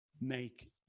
make